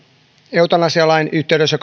eutanasialain yhteydessä